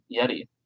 Yeti